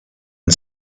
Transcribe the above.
and